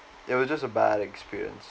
it was just a bad experience